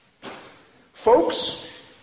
Folks